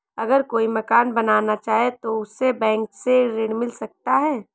अगर कोई मकान बनाना चाहे तो उसे बैंक से ऋण मिल सकता है?